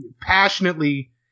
passionately